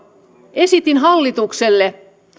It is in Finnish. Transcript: esitin hallitukselle